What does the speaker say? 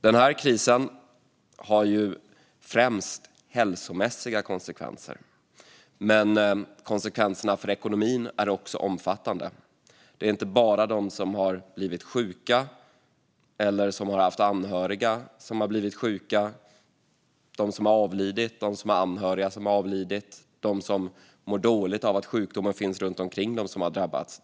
Denna kris har främst hälsomässiga konsekvenser, men konsekvenserna för ekonomin är också omfattande. Det är inte bara de som har blivit sjuka, de som har haft anhöriga som har blivit sjuka, de som har avlidit, de som har anhöriga som har avlidit och de som mår dåligt av att sjukdomen finns runt omkring dem som har drabbats.